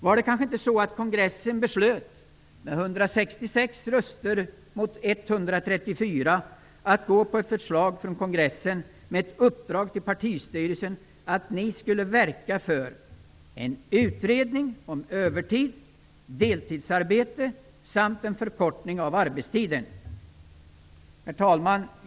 Var det kanske inte så att kongressen beslöt med 166 röster mot 134 att gå på ett förslag från kongressen med uppdrag till partistyrelsen att verka för en utredning om övertid, deltidsarbete samt en förkortning av arbetstiden? Herr talman!